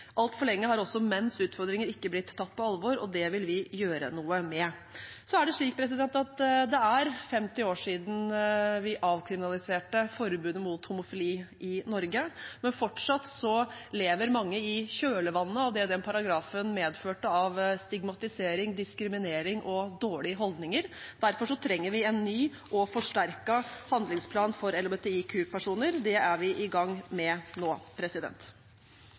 Altfor lenge har også menns utfordringer ikke blitt tatt på alvor, og det vil vi gjøre noe med. Så er det 50 år siden vi avkriminaliserte forbudet mot homofili i Norge, men fortsatt lever mange i kjølvannet av det den paragrafen medførte av stigmatisering, diskriminering og dårlige holdninger. Derfor trenger vi en ny og forsterket handlingsplan for LHBTIQ-personer. Det er vi i gang med nå.